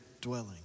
dwelling